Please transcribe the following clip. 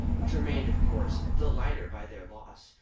which remained, of course, the lighter by their loss.